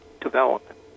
development